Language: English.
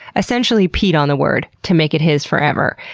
essentially peed on the word to make it his forever.